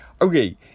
okay